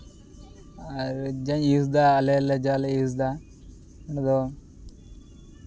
ᱟᱨ ᱡᱟᱧ ᱤᱭᱩᱥ ᱫᱟ ᱟᱞᱮᱞᱮ ᱡᱟᱞᱮ ᱤᱭᱩᱥ ᱮᱫᱟ ᱚᱱᱟᱫᱚ